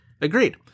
Agreed